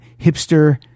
hipster